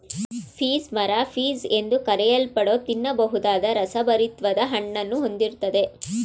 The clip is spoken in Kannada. ಪೀಚ್ ಮರ ಪೀಚ್ ಎಂದು ಕರೆಯಲ್ಪಡೋ ತಿನ್ನಬಹುದಾದ ರಸಭರಿತ್ವಾದ ಹಣ್ಣನ್ನು ಹೊಂದಿರ್ತದೆ